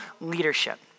leadership